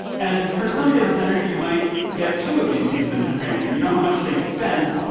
and for some data centers, you might get two of these pieces of information. you know how much they spent,